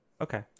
Okay